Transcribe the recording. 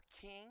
king